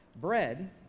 bread